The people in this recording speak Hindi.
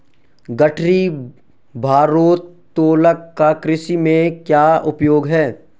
गठरी भारोत्तोलक का कृषि में क्या उपयोग है?